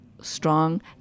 strong